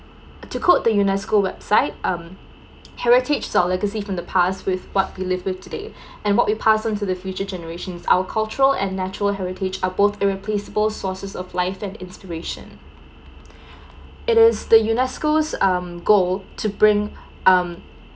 to quote the UNESCO website um heritage is our legacy from the past with what we live with today and what we pass on to the future generations our cultural and natural heritage are both irreplaceable sources of life and inspirations it is the UNESCO um goal to bring um